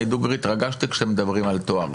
אני דוגרי התרגשתי כשאתם מדברים על טוהר.